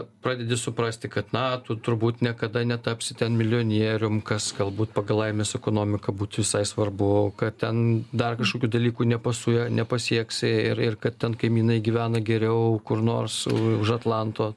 pradedi suprasti kad na tu turbūt niekada netapsi ten milijonierium kas galbūt pagal laimės ekonomiką būtų visai svarbu kad ten dar kažkokių dalykų nepasuja nepasieksi ir ir kad ten kaimynai gyvena geriau kur nors už atlanto